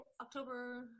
October